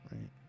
right